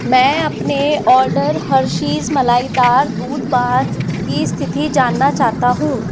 मैं अपने order Hershey's मलाईदार दूध बार की स्थिति जानना चाहता हूँ